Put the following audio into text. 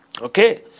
Okay